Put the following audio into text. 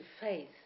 faith